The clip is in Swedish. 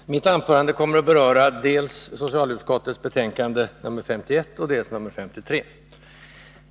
Herr talman! Mitt anförande kommer att beröra dels socialutskottets betänkande nr 51, dels socialutskottets betänkande nr 53.